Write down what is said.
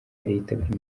yitabye